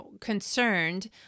concerned